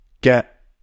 get